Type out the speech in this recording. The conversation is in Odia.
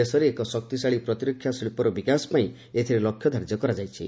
ଦେଶରେ ଏକ ଶକ୍ତିଶାଳୀ ପ୍ରତିରକ୍ଷା ଶିଳ୍ପର ବିକାଶ ପାଇଁ ଏଥିରେ ଲକ୍ଷ୍ୟଧାର୍ଯ୍ୟ କରାଯାଇଛି